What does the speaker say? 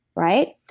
right?